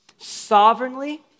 sovereignly